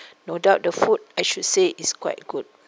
no doubt the food I should say it's quite good